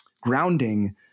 grounding